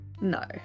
no